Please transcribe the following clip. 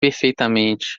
perfeitamente